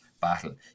battle